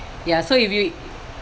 ya so if you